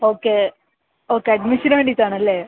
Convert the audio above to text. okay okay അഡ്മിഷന് വേണ്ടിയിട്ട് ആണല്ലേ